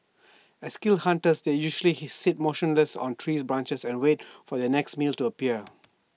as skilled hunters they usually sit motionless on tree branches and wait for their next meal to appear